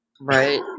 Right